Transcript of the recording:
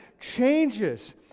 changes